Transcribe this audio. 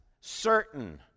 certain